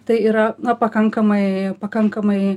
tai yra na pakankamai pakankamai